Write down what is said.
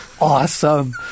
awesome